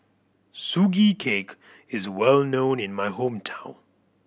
Sugee Cake is well known in my hometown